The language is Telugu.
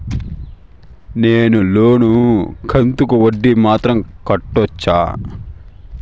నేను లోను కంతుకు వడ్డీ మాత్రం కట్టొచ్చా?